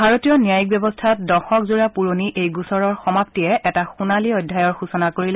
ভাৰতীয় ন্যায়িক ব্যৱস্থাত দশকজোৰা পুৰণি এই গোচৰৰ সমাপ্তিয়ে এটা সোণালী অধ্যায়ৰ সচনা কৰিলে